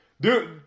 Dude